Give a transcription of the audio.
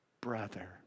Brother